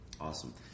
Awesome